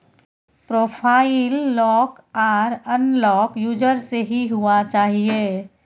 profile lock आर unlock user से ही हुआ चाहिए